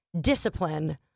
discipline